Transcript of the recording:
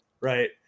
Right